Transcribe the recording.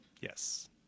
Yes